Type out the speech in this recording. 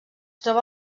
troba